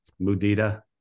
Mudita